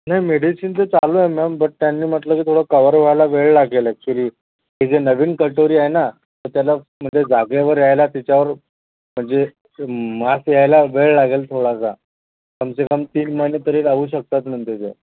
नाही मेडिसिन तर चालू आहेत मॅम बट त्यांनी म्हटलं की थोडं कवर व्हायला वेळ लागेल ऍक्च्युली हे जे नवीन कटोरी आहे ना त्याला म्हणजे जागेवर यायलाच त्याच्यावर म्हणजे मांस यायला वेळ लागेल थोडासा कम से कम तीन महिने तरी लागू शकतात म्हणते ते